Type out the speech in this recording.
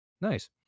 nice